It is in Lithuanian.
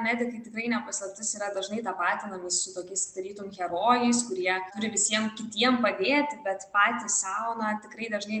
medikai tikrai ne paslaptis yra dažnai tapatinami su tokiais tarytum herojais kurie turi visiem kitiem padėti bet patys sau na tikrai dažnai